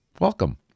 Welcome